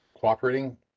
cooperating